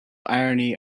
irony